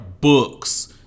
books